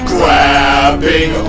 Grabbing